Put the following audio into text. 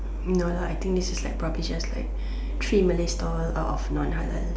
no no I think this is like probably just like three Malay stall out of non halal